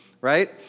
right